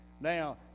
Now